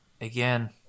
again